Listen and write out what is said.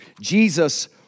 Jesus